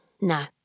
No